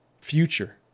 future